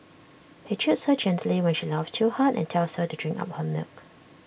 he chides her gently when she laughs too hard and tells her to drink up her milk